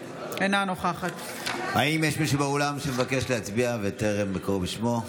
אינה נוכחת האם יש מישהו באולם שמבקש להצביע וטרם קראו בשמו?